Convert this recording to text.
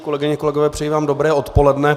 Kolegyně, kolegové, přeji vám dobré odpoledne.